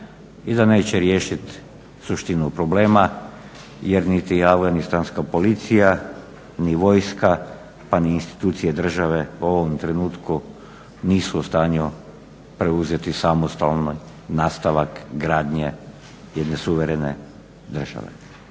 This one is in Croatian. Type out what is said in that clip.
i da neće riješiti suštinu problema jer niti afganistanska policija ni vojska, pa ni institucije države u ovom trenutku nisu u stanju preuzeti samostalno nastavak gradnje jedne suverene države,